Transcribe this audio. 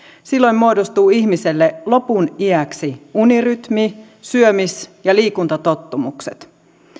silloin muodostuvat ihmiselle loppuiäksi unirytmi syömis ja liikuntatottumukset